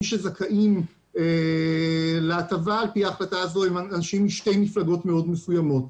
מי שזכאים להטבה על פי ההחלטה הזו הם אנשים משתי מפלגות מאוד מסוימות,